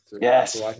Yes